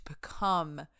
become